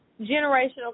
Generational